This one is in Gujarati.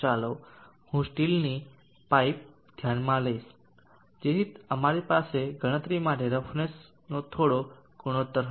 ચાલો હું સ્ટીલની પાઇપ ધ્યાનમાં લઈશ જેથી અમારી ગણતરી માટે રફનેસનો થોડો ગુણોત્તર હશે